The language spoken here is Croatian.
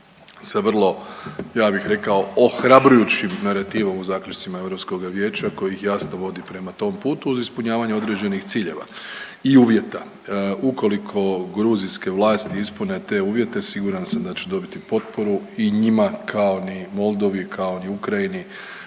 sa vrlo ja bih rekao ohrabrujućim narativom u zaključcima Europskoga vijeća koji ih jasno vodi prema tom putu uz ispunjavanje određenih ciljeva i uvjeta. Ukoliko gruzijske vlasti ispune te uvjete siguran sam da će dobiti potporu, i njima, kao ni Moldaviji, kao ni Ukrajini